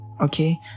okay